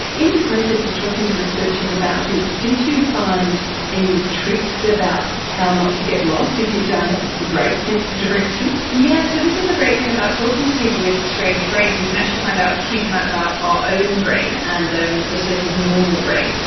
in the process of talking to researchers about this, did you find any tricks about how not to get lost if you don't have a great sense of direction? yes, so this is the great thing about talking to people with strange brains, we can actually find out a huge amount about our own brain and the the so-called normal brain.